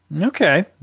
okay